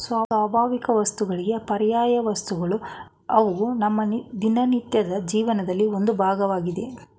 ಸ್ವಾಭಾವಿಕವಸ್ತುಗಳಿಗೆ ಪರ್ಯಾಯವಸ್ತುಗಳು ಅವು ನಮ್ಮ ದಿನನಿತ್ಯದ ಜೀವನದಲ್ಲಿ ಒಂದು ಭಾಗವಾಗಿದೆ